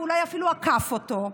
ואולי אפילו עקף אותו,